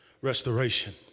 Restoration